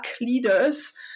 leaders